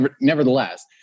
Nevertheless